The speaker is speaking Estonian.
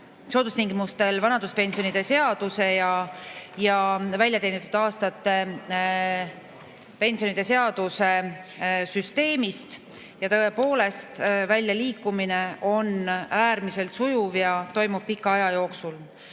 soodustingimustel vanaduspensionide seaduse ja väljateenitud aastate pensionide seaduse süsteemist. Tõepoolest, väljaliikumine on äärmiselt sujuv ja toimub pika aja jooksul.